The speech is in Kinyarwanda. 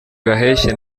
gaheshyi